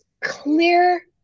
clear